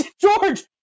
George